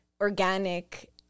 organic